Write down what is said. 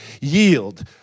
yield